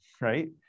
right